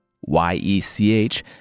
Y-E-C-H